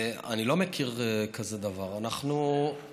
אני לא מכיר דבר כזה, זה